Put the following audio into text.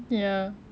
ya